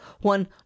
one